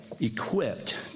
equipped